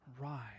rise